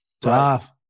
Tough